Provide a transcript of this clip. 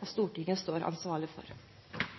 og Stortinget står ansvarlig for.